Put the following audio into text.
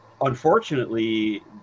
unfortunately